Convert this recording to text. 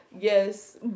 yes